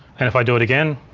and if i do it again,